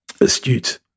astute